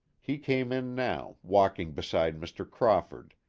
he came in now, walking beside mr. crawford,